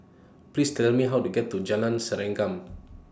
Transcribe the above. Please Tell Me How to get to Jalan Serengam